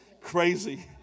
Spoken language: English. crazy